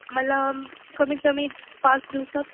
मला कमीत कमी पाच दिवसात